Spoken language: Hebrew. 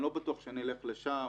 אני לא בטוח שנלך לשם.